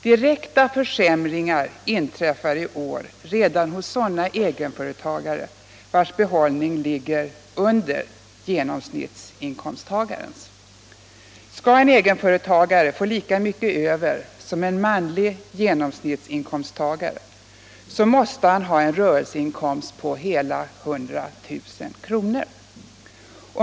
Direkta försämringar inträffar i år redan för sådana egenföretagare vilkas behållning ligger under genomsnittsinkomsttagarens. Skall en egenföretagare få lika mycket över som en manlig genomsnittsinkomsttagare måste han ha en rörelseinkomst på hela 100 000 kr.